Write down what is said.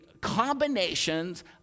combinations